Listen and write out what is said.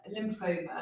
lymphoma